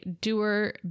doer